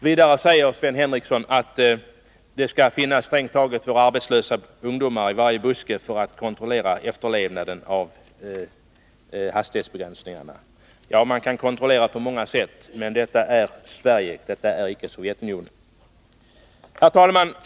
Vidare säger Sven Henricsson att det strängt taget måste finnas arbetslösa ungdomar i varje buske för att kontrollera efterlevnaden av hastighetsbegränsningarna. Ja, man kan kontrollera på många sätt. Men detta är Sverige — detta är icke Sovjetunionen. Herr talman!